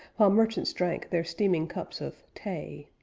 while merchants drank their steaming cups of tay.